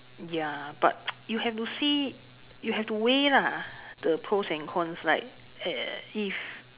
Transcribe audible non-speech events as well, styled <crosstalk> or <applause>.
ya but <noise> you have to see you have to weigh lah the pros and cons like if